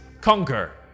conquer